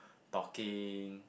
talking